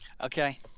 okay